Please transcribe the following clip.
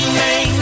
name